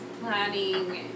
planning